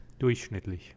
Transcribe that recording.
Durchschnittlich